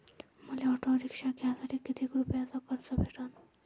मले auto rickshaw घ्यासाठी कितीक रुपयाच कर्ज भेटनं?